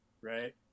right